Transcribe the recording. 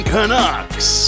Canucks